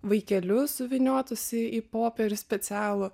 vaikelius suvyniotus į į popierių specialų